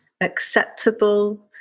acceptable